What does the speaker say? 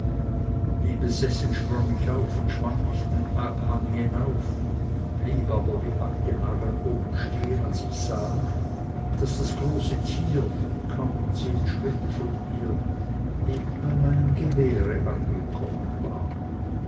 wie besessen sprang ich auf und schwang mich den abhang hinauf blieb aber wie angenagelt oben stehen als ich sah daß das große tier kaum zehn schritte von mir eben bei meinem gewehr angekommen war